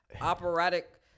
operatic